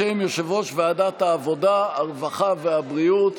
בשם יושב-ראש ועדת העבודה, הרווחה והבריאות.